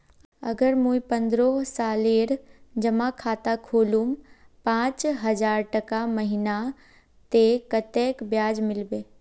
अगर मुई पन्द्रोह सालेर जमा खाता खोलूम पाँच हजारटका महीना ते कतेक ब्याज मिलबे?